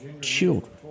Children